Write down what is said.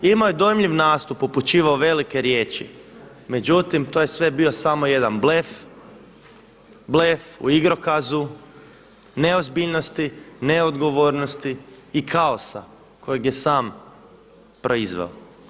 Imao je dojmljiv nastup, upućivao velike riječi, međutim to je sve bio samo jedan blef, blef u igrokazu, neozbiljnosti, neodgovornosti i kaosa kojeg je sam proizveo.